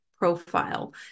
Profile